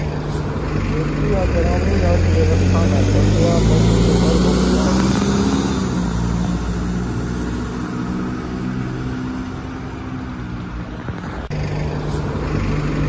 खेती आ ग्रामीण अर्थव्यवस्था मे पोसुआ पशु के बड़ भूमिका होइ छै